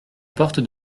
porte